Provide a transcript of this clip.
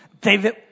David